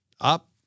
up